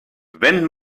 wenn